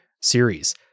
series